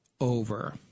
over